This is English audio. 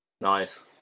Nice